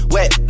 Wet